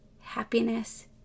happiness